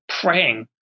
praying